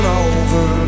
over